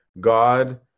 God